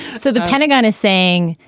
so the pentagon is saying,